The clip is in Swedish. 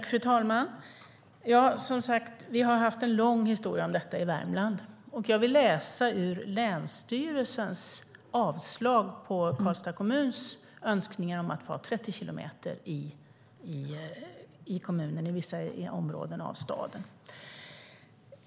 Fru talman! Vi har som sagt haft en lång historia om detta i Värmland. Jag vill läsa ur länsstyrelsens avslag på Karlstad kommuns önskningar om att få ha 30 kilometer i vissa områden av staden.